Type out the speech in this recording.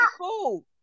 cool